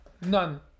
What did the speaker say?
none